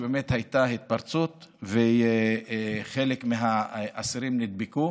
שבאמת הייתה בהם התפרצות וחלק מהאסירים נדבקו.